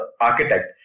architect